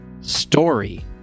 story